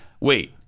Wait